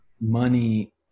money